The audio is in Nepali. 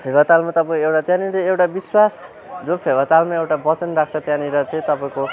फेवातालमा तपाईँ एउटा त्यहाँनिर एउटा विश्वास जो फेवातालमा एउटा वचन राख्छ त्यहाँनिर चाहिँ तपाईँको